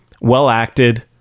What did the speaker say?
well-acted